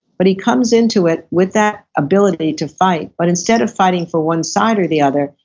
but he comes into it with that ability to fight. but instead of fighting for one side or the other,